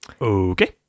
Okay